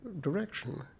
direction